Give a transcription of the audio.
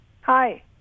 Hi